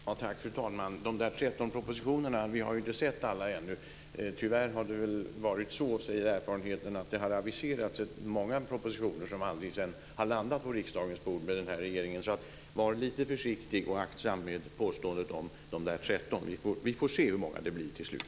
Fru talman! Vi har inte sett alla de 13 propositionerna ännu. Tyvärr säger erfarenheten att det har aviserats många propositioner som sedan aldrig landat på riksdagens bord med den här regeringen. Var därför lite försiktig och aktsam med påståendet om de 13 propositionerna. Vi får se hur många det blir till slut.